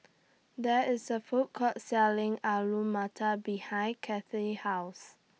There IS A Food Court Selling Alu Matar behind Cathy's House